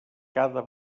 cada